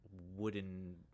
wooden